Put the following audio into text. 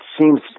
seems